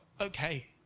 okay